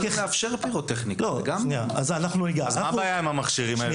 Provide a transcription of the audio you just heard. אז מה הבעיה עם המכשירים האלה?